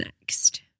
next